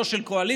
לא של הקואליציה,